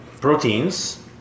Proteins